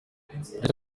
perezida